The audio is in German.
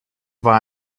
war